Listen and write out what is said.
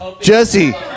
Jesse